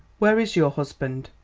where is your husband?